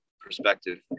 perspective